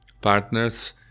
partners